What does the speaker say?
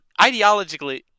Ideologically